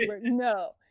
no